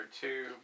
two